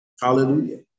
Hallelujah